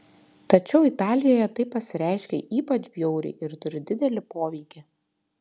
tačiau italijoje tai pasireiškia ypač bjauriai ir turi didelį poveikį